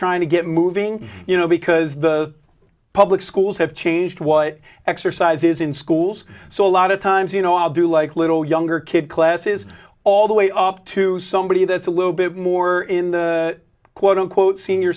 trying to get moving you know because the public schools have changed what exercises in schools so a lot of times you know i'll do like a little younger kid classes all the way up to somebody that's a little bit more in the quote unquote senior